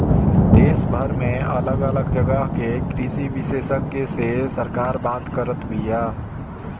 देशभर में अलग अलग जगह के कृषि विशेषग्य से सरकार बात करत बिया